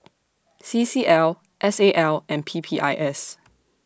C C L S A L and P P I S